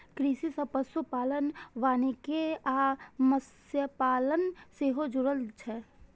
कृषि सं पशुपालन, वानिकी आ मत्स्यपालन सेहो जुड़ल छै